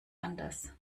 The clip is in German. anders